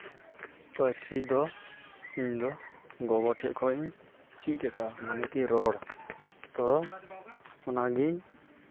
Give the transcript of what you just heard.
ᱯᱟᱹᱨᱥᱤ ᱫᱚ ᱤᱧᱫᱚ ᱜᱚᱜᱚ ᱴᱷᱮᱱ ᱠᱷᱚᱱ ᱤᱧ ᱪᱮᱫ ᱟᱠᱟᱫᱼᱟ ᱮᱢᱚᱱᱠᱤ ᱨᱚᱲ ᱛᱳ ᱚᱱᱟᱜᱮ